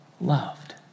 loved